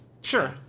Sure